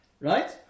Right